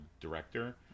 director